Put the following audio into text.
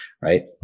right